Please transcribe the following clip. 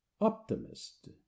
optimist